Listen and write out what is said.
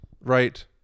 right